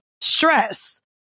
stress